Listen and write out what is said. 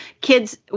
kids